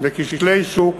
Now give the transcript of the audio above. וכשלי שוק